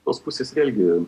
tos pusės vėlgi